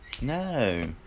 No